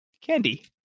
candy